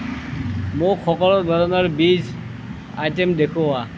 মোক সকলো ধৰণৰ বীজ আইটেম দেখুওৱা